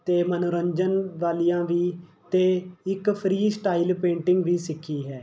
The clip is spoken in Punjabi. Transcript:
ਅਤੇ ਮਨੋਰੰਜਨ ਵਾਲੀਆਂ ਵੀ ਅਤੇ ਇੱਕ ਫਰੀ ਸਟਾਈਲ ਪੇਂਟਿੰਗ ਵੀ ਸਿੱਖੀ ਹੈ